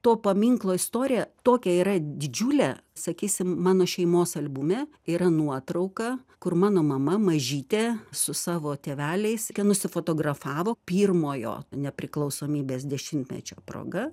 to paminklo istorija tokia yra didžiulė sakysim mano šeimos albume yra nuotrauka kur mano mama mažytė su savo tėveliais nusifotografavo pirmojo nepriklausomybės dešimtmečio proga